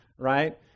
right